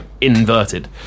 inverted